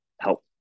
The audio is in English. help